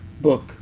book